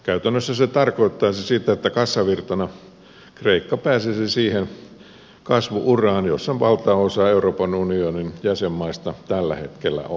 käytännössä se tarkoittaisi sitä että kassavirtana kreikka pääsisi siihen kasvu uraan jossa valtaosa euroopan unionin jäsenmaista tällä hetkellä on